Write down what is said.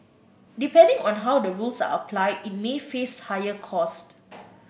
depending on how the rules are applied it may face higher costs